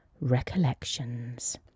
recollections